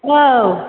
औ